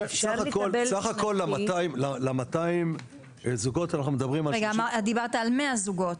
סך הכול ל-200 זוגות אנחנו מדברים על --- דיברת על 100 זוגות.